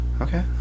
Okay